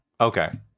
Okay